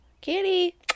Kitty